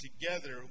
together